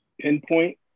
pinpoint